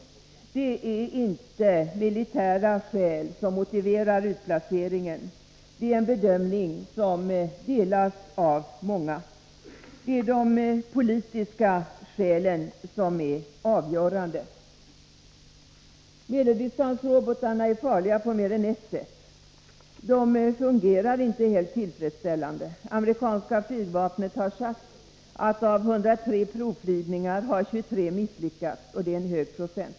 Det är inte militära skäl som motiverar utplaceringen, det är en bedömning som delas av många. Det är de politiska skälen som är avgörande. Medeldistansrobotarna är farliga på mer än ett sätt. De fungerar inte helt tillfredsställande. Amerikanska flygvapnet har sagt att av 103 provflygningar har 23 misslyckats. Det är en hög procent.